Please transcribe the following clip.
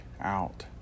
out